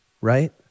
right